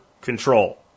control